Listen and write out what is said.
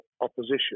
opposition